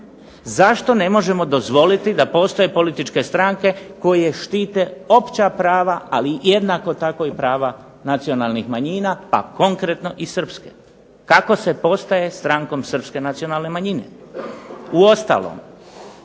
Zašto ne možemo dozvoliti da postoje političke stranke koje štite opća prava ali jednako tako prava nacionalnih manjina pa konkretno i Srpske, kako se postaje strankom Srpske nacionalne manjine. Uostalom,